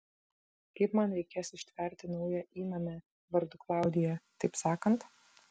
kaip man reikės ištverti naują įnamę vardu klaudija taip sakant